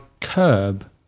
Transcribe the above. curb